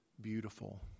beautiful